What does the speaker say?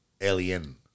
Alien